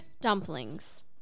dumplings